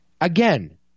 Again